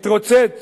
מתרוצץ